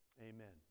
Amen